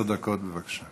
עשר דקות, בבקשה.